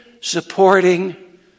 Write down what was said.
supporting